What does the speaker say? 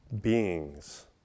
beings